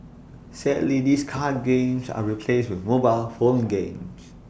sadly these card games are replaced with mobile phone games